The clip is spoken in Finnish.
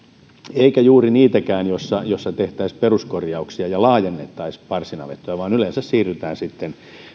niitäkään juuri ole joissa tehtäisiin peruskorjauksia ja laajennettaisiin parsinavettoja vaan yleensä siirrytään sitten